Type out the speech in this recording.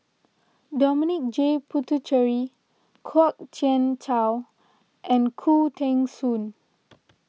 Dominic J Puthucheary Kwok Kian Chow and Khoo Teng Soon